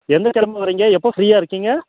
எந்த கிழம வரீங்க எப்போது ஃபீரியாக இருக்கீங்க